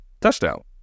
touchdown